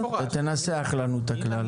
תנסח לנו את הכלל.